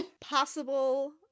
Possible